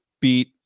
beat